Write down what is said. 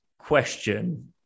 question